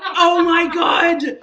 oh my god!